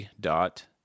dot